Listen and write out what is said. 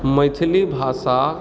मैथिली भाषा